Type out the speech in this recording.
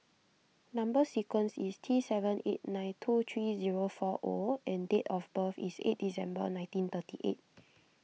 Number Sequence is T seven eight nine two three zero four O and date of birth is eighth December nineteen thirty eight